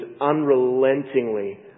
unrelentingly